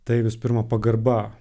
tai visų pirma pagarba